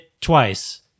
Twice